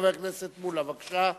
חבר הכנסת שלמה מולה, בבקשה.